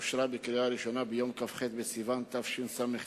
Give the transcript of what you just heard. אושרה בקריאה ראשונה ביום כ"ה בסיוון התשס"ט,